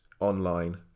online